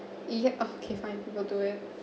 yeah okay fine people do it